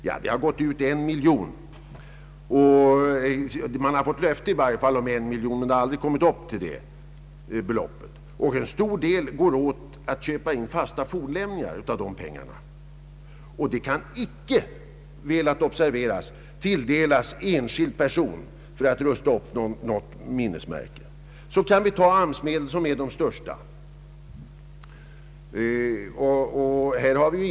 Ja, man har i varje fall fått löfte om 1 miljon i lotterimedel, men i praktiken har det aldrig blivit så mycket. En stor del av dessa pengar går åt till inköp av fasta fornlämningar och kan — väl att märka — inte tilldelas någon enskild person för upprustning av något minnesmärke. Jag skall härefter ta upp AMS-medlen, som är den största posten i detta sammanhang.